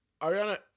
Ariana